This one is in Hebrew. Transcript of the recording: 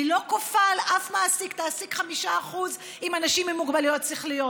היא לא כופה על אף מעסיק: תעסיק 5% אנשים עם מוגבלויות שכליות.